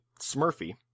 Smurfy